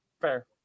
fair